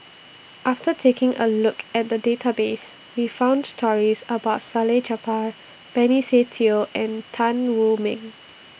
after taking A Look At The Database We found stories about Salleh Japar Benny Se Teo and Tan Wu Meng